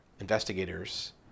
investigators